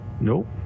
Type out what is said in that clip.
Nope